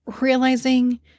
Realizing